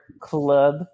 Club